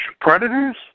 Predators